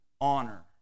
honor